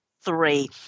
Three